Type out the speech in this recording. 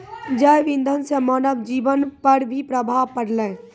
जैव इंधन से मानव जीबन पर भी प्रभाव पड़लै